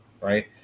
right